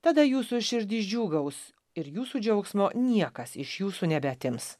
tada jūsų širdys džiūgaus ir jūsų džiaugsmo niekas iš jūsų nebeatims